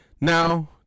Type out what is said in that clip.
Now